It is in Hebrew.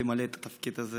תמלא את התפקיד הזה